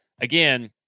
again